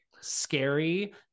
scary